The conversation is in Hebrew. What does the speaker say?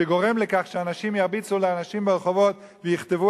שגורם לכך שאנשים ירביצו לאנשים ברחובות ויכתבו